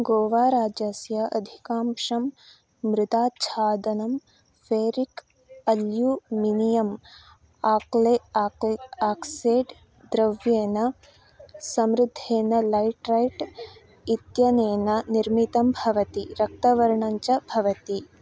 गोवाराज्यस्य अधिकांशं मृदाच्छादनं फ़ेरिक् अल्यूमिनियम् आक्ले आक्के आक्सेड् द्रव्येन समृद्धेन लैट् रैट् इत्यनेन निर्मितं भवति रक्तवर्णञ्च भवति